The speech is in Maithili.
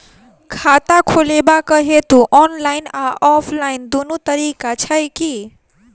खाता खोलेबाक हेतु ऑनलाइन आ ऑफलाइन दुनू तरीका छै की?